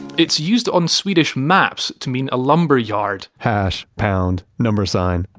it's used on swedish maps to mean a lumberyard. hash, pound, number sign,